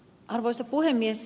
arvoisa puhemies